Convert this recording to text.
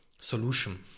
solution